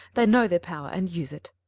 they know their power and use it.